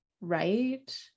right